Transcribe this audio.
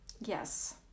Yes